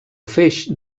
feix